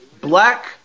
Black